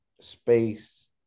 space